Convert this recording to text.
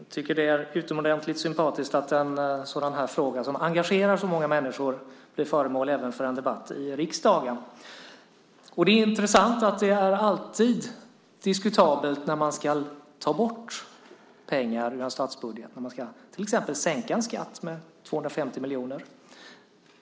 Fru talman! Jag tycker att det är utomordentligt sympatiskt att en sådan här fråga som engagerar så många människor blir föremål även för en debatt i riksdagen. Det är intressant att det alltid är diskutabelt när man ska ta bort pengar ur en statsbudget, när man till exempel ska sänka en skatt med 250 miljoner.